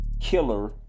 killer